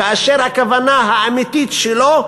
כאשר הכוונה האמיתית שלו,